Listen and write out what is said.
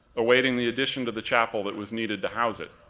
awaiting the addition to the chapel that was needed to house it.